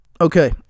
Okay